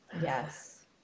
Yes